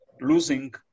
losing